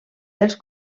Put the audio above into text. dels